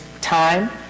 time